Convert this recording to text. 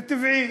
וזה טבעי,